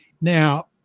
Now